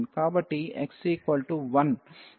కాబట్టి x 1